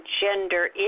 gender